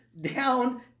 down